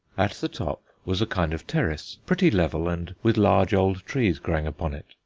at the top was a kind of terrace, pretty level and with large old trees growing upon it,